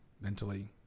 mentally